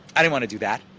i didn't want to do that.